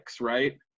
right